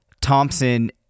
Thompson